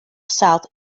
south